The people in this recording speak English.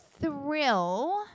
thrill